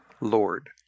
Lord